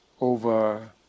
over